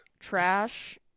trash